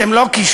אתם לא קישוט?